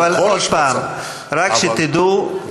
אבל אני לא